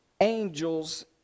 angels